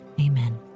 Amen